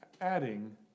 adding